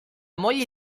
moglie